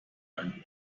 ein